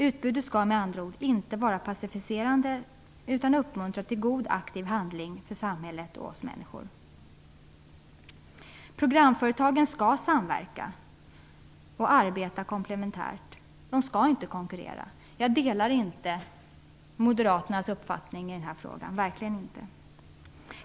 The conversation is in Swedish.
Utbudet skall med andra ord inte vara passiviserande utan uppmuntra till god aktiv handling i samhället. Programföretagen skall samverka och arbeta komplementärt. De skall inte konkurrera. Jag delar inte Moderaternas uppfattning i denna fråga, verkligen inte.